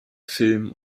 film